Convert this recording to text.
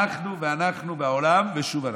אנחנו ואנחנו והעולם, ושוב אנחנו.